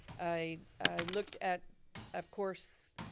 i look at of course